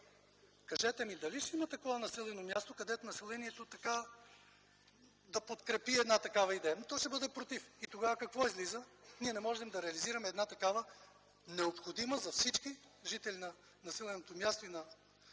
кажете ми, дали ще има такова населено място, където населението да подкрепи една такава идея? То ще бъде против! И тогава какво излиза – ние не можем да реализираме една такава необходимост за всички жители на населеното място и проект